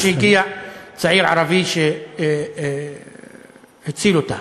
עד שהגיע צעיר ערבי והציל אותה.